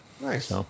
Nice